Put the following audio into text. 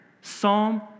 Psalm